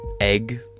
egg